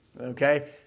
okay